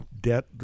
debt